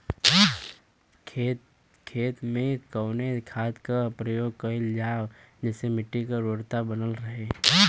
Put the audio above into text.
खेत में कवने खाद्य के प्रयोग कइल जाव जेसे मिट्टी के उर्वरता बनल रहे?